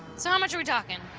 so how much are we talking?